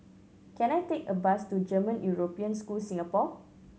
can I take a bus to German European School Singapore